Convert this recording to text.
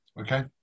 Okay